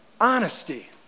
Honesty